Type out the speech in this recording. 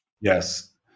Yes